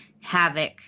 havoc